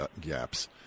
gaps